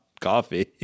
coffee